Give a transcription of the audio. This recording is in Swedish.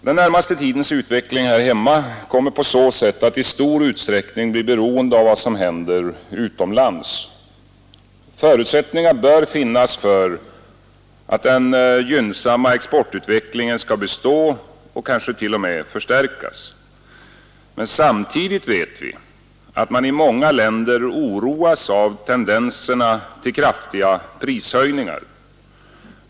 Den närmaste tidens utveckling här hemma kommer på så sätt att i stor utsträckning bli beroende av vad som händer utomlands. Förutsättningar bör finnas för att den gynnsamma exportutvecklingen skall bestå och kanske t.o.m. förstärkas. Men samtidigt vet vi att man i många länder oroas av tendenserna till kraftiga prishöjningar.